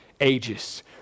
ages